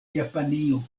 japanio